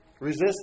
resist